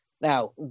Now